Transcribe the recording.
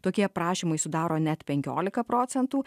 tokie aprašymai sudaro net penkiolika procentų